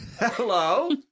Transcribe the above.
Hello